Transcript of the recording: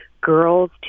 girls